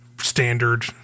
standard